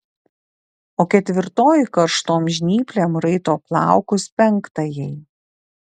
o ketvirtoji karštom žnyplėm raito plaukus penktajai